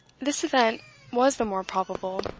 this event was the more probable,